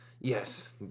Yes